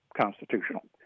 constitutional